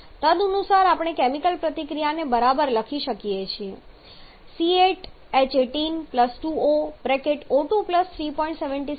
તદનુસાર આપણે કેમિકલ પ્રતિક્રિયાને બરાબર લખી શકીએ છીએ C8H18 2O O2 3